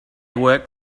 worked